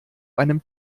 einem